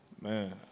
man